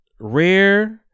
rare